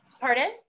pardon